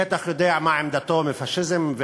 בטח יודע מה עמדתו לגבי פאשיזם,